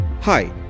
Hi